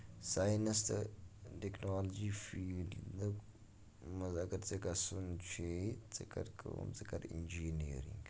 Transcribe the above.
science تہٕ technology field مطلب منٛز اَگر ژےٚ گژھُن چھی ژٕ کر کٲم ژٕ کر اِنجینٔرِنگ